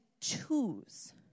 choose